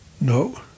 No